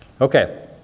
Okay